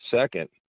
Second